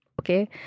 Okay